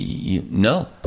no